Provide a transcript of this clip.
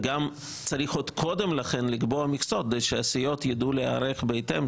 עוד קודם לכן צריך לקבוע מכסות כדי שהסיעות יידעו להיערך בהתאם,